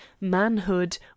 manhood